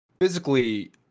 physically